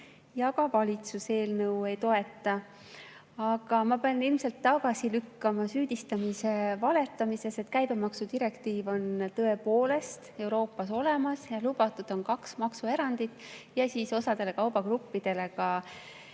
Ja valitsus eelnõu ei toeta. Aga ma pean ilmselt tagasi lükkama süüdistamise valetamises. Käibemaksu direktiiv on tõepoolest Euroopas olemas. Lubatud on kaks maksuerandit ja osale kaubagruppidele ka